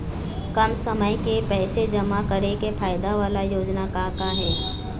कम समय के पैसे जमा करे के फायदा वाला योजना का का हे?